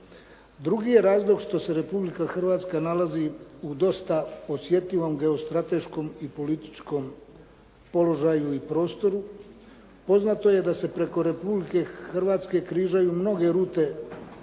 Drugi je razlog što se Republika Hrvatska nalazi u dosta osjetljivom geostrateškom i političkom položaju i prostoru. Poznato je da se preko Republike Hrvatske križaju mnoge rute i